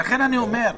ולכן אני אומר: